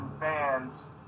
fans